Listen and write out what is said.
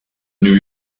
new